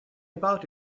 about